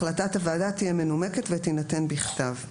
החלטת הוועדה תהיה מנומקת ותינתן בכתב.